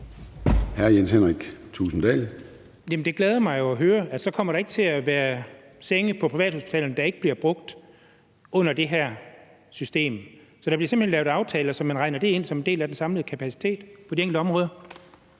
13:54 Jens Henrik Thulesen Dahl (DD): Jamen det glæder mig jo at høre, at der så ikke kommer til at være senge på privathospitalerne, der ikke bliver brugt, under det her system. Så der bliver simpelt hen lavet aftaler, så man regner det ind som en del af den samlede kapacitet på de enkelte områder?